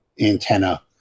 antenna